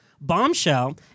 bombshell